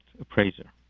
appraiser